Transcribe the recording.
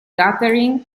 gathering